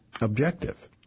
objective